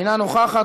אינה נוכחת,